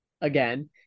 again